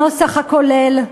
הנוסח הכולל,